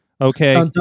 Okay